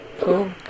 Cool